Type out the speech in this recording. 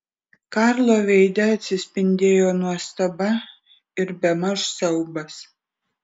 karlo veide atsispindėjo nuostaba ir bemaž siaubas